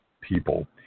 people